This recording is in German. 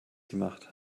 gemacht